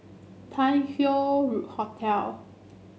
Tai Hoe Hotel